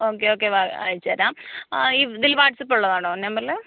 okay okay വാ ആയച്ച് തരാം ആ ഇതില് വാട്സ്ആപ്പ് ഉള്ളതാണോ നമ്പറില്